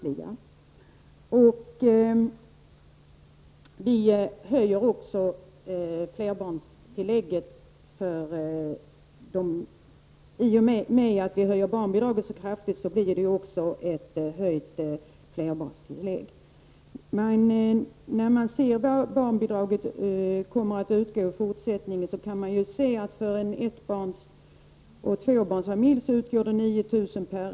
I och med att barnbidraget höjs så kraftigt blir det också en höjning av flerbarnstillägget. När man ser på hur barnbidraget blir i fortsättningen kan man konstatera att det utgår med 9 000 kr.